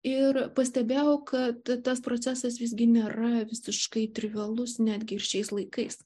ir pastebėjau kad tas procesas visgi nėra visiškai trivialus netgi ir šiais laikais